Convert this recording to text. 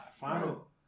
Final